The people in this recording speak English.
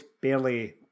barely